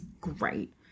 great